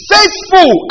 Faithful